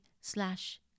slash